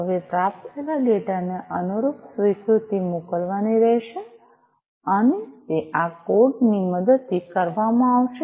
હવે પ્રાપ્ત થયેલા ડેટા ને અનુરૂપ સ્વીકૃતિ મોકલવાની રહેશે અને તે આ કોડ ની મદદથી કરવામાં આવશે